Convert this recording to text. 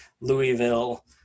Louisville